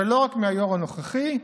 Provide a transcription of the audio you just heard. ולא רק מהיו"ר הנוכחי,